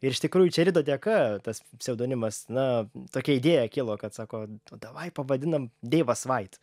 ir iš tikrųjų čia rido dėka tas pseudonimas na tokia idėja kilo kad sako davai pavadinam deivas vait